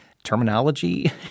terminology